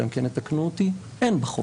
אלא אם כן יתקנו אותי אין בחוק.